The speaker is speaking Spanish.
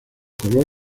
color